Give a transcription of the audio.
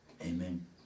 Amen